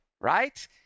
right